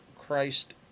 Christ